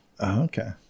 okay